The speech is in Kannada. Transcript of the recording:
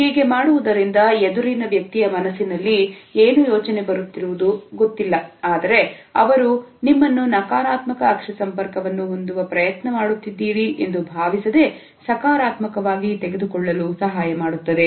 ಹೀಗೆ ಮಾಡುವುದರಿಂದ ಎದುರಿನ ವ್ಯಕ್ತಿಯ ಮನಸ್ಸಿನಲ್ಲಿ ಏನು ಯೋಚನೆ ಬರುವುದು ಗೊತ್ತಿಲ್ಲ ಆದರೆ ಅವರು ನಿಮ್ಮನ್ನು ನಕಾರಾತ್ಮಕ ಅಕ್ಷಿ ಸಂಪರ್ಕವನ್ನು ಹೊಂದುವ ಪ್ರಯತ್ನ ಮಾಡುತ್ತಿದ್ದೀರಿ ಎಂದು ಭಾವಿಸದೆ ಸಕಾರಾತ್ಮಕವಾಗಿ ತೆಗೆದುಕೊಳ್ಳಲು ಸಹಾಯ ಮಾಡುತ್ತದೆ